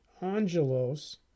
angelos